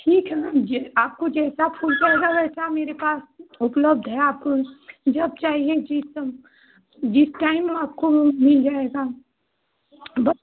ठीक है मैम जे आपको जैसा फूल चाहिए वैसा मेरे पास इकलौत है आपके जो चाहिए चीज़ तो जिस टाइम आपको वह मिल जायेगा ब